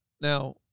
Now